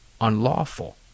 unlawful